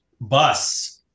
bus